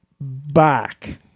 back